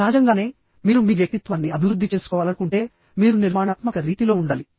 సహజంగానే మీరు మీ వ్యక్తిత్వాన్ని అభివృద్ధి చేసుకోవాలనుకుంటే మీరు నిర్మాణాత్మక రీతిలో ఉండాలి